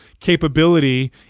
capability